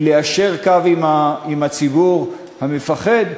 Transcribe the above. היא ליישר קו עם הציבור המפחד,